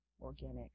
organic